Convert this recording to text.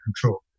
control